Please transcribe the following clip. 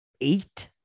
eight